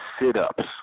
sit-ups